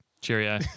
Cheerio